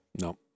No